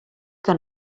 que